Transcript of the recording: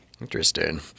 Interesting